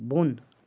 بۅن